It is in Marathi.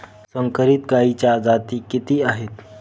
संकरित गायीच्या जाती किती आहेत?